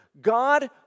God